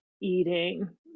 eating